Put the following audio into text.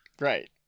Right